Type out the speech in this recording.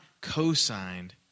co-signed